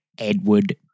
Edward